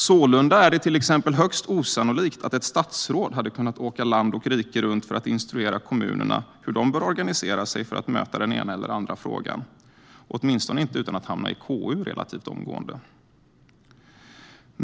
Sålunda är det till exempel högst osannolikt att ett statsråd hade kunnat åka land och rike runt för att instruera kommunerna hur de bör organisera sig för att möta den ena eller andra frågan, åtminstone inte utan att hamna i KU relativt omgående.